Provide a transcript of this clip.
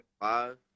five